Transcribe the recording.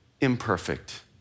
imperfect